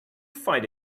fight